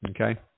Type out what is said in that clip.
okay